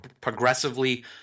progressively